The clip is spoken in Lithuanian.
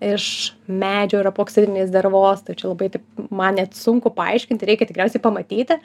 iš medžio ir epoksinės dervos tačiau labai taip man net sunku paaiškinti reikia tikriausiai pamatyti